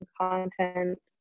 content